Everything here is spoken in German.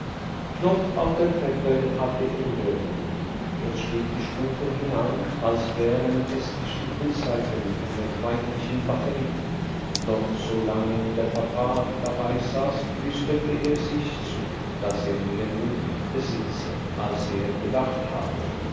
noch auf der treppe hatte er löwenmut er stieg die stufen hinan als wären es die schiefen seiten einer feindlichen batterie noch so lange der papa dabeisaß flüsterte er sich zu daß er mehr mut besitze als er gedacht habe